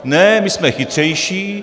Ne, my jsme chytřejší.